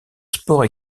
sports